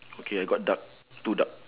okay I got duck two duck